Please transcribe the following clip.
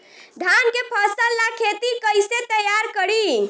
धान के फ़सल ला खेती कइसे तैयार करी?